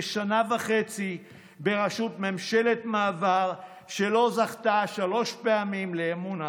שנה וחצי בראשות ממשלת מעבר שלא זכתה שלוש פעמים לאמון העם.